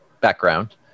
background